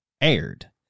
aired